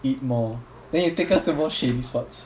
eat more then you take us more shady spots